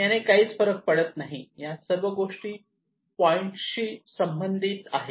याने काही फरक पडत नाही या सर्व गोष्टी या पॉईंटशी संबंधित आहेत